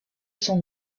son